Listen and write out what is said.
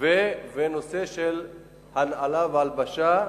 ולנושא של הנעלה והלבשה.